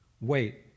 Wait